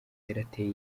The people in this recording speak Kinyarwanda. yarateye